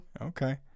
Okay